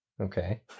Okay